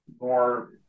more